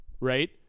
Right